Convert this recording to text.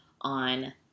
on